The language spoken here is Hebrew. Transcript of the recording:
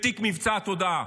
בתיק מבצע התודעה.